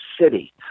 City